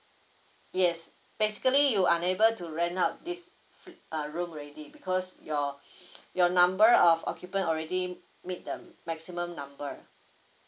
yes basically you unable to rent out this err room already because your your number of occupant already meet the maximum number